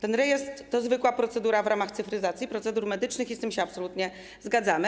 Ten rejestr to zwykła procedura w ramach cyfryzacji procedur medycznych i z tym się absolutnie zgadzamy.